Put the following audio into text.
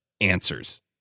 answers